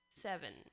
Seven